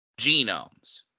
genomes